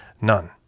None